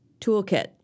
toolkit